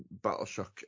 Battleshock